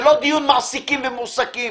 זה לא דיון בין מעסיקים למועסקים.